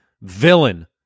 villain